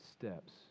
steps